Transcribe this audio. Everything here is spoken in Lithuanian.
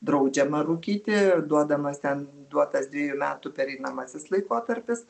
draudžiama rūkyti ir duodamas ten duotas dviejų metų pereinamasis laikotarpis